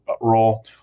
role